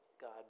God